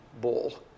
ball